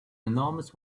enormous